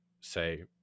say